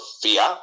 fear